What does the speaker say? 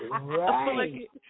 Right